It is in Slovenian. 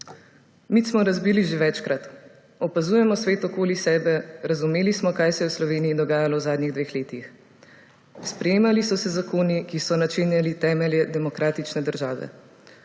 Mit smo razbili že večkrat. Opazujemo svet okoli sebe, razumeli smo, kaj se je v Sloveniji dogajalo v zadnjih dveh letih. Sprejemali so se zakoni, ki so načenjali temelje demokratične države.